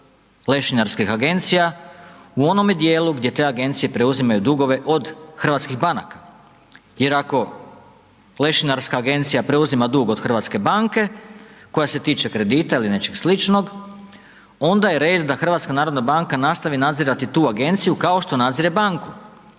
lešinarskih agencija u onome dijelu gdje te agencije preuzimaju dugove od hrvatskih banaka, jer ako lešinarska agencija preuzima dug od HNB-a koja se tiče kredita ili nečeg sličnog onda je red da HNB nastavi nadzirati tu agenciju kako što nadzire banku.